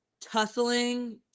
tussling